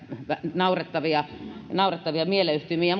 naurettavia naurettavia mielleyhtymiä